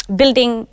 building